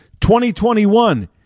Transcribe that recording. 2021